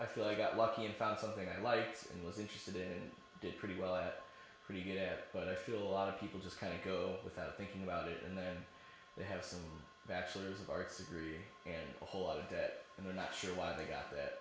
i feel i got lucky and found something i like and was interested in it pretty well pretty good at it but i feel a lot of people just kind of go without thinking about it and then they have bachelors of arts degree and a whole lot of that and they're not sure why they got that